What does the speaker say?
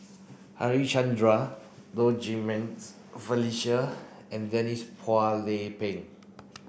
Harichandra Low Jimenez Felicia and Denise Phua Lay Peng